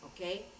Okay